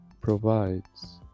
provides